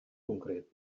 concret